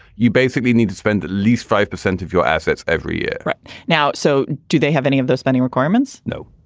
you basically need to spend at least five percent of your assets every year right now so do they have any of their spending requirements? no